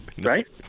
right